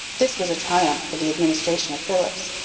this was a triumph for the administration of philipps,